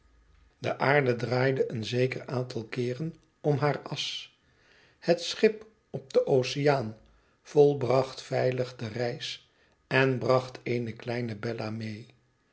de aarde draaide een zeker aantal keeren om hare as het schip op den oceaan volbracht veilig de reis en bracht eene kleine bella mee